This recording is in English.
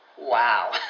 Wow